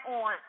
on